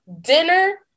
dinner